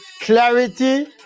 clarity